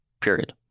period